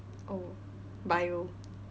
oh bio